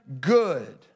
good